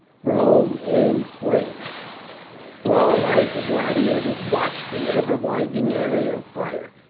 rome in flames all night the gladiators watched the ever widening area of fire.